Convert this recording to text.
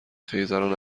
خیزران